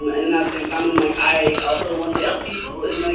um and then at same time, i'm like, i also want to help people and, like,